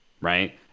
right